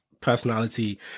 personality